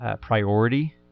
priority